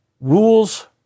Rules